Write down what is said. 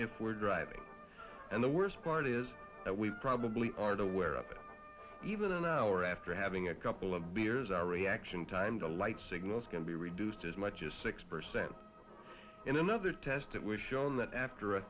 if we're driving and the worst part is that we probably aren't aware of it even an hour after having a couple of beers our reaction time to light signals can be reduced as much as six percent in another test that we've shown that after a